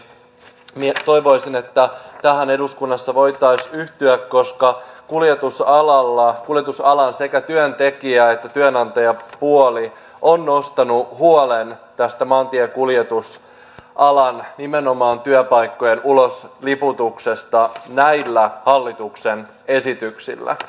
toivoisin että tähän eduskunnassa voitaisiin yhtyä koska kuljetusalalla sekä työntekijä että työnantajapuoli on nostanut huolen nimenomaan tästä maantiekuljetusalan työpaikkojen ulosliputuksesta näillä hallituksen esityksillä